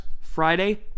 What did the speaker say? Friday